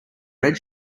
red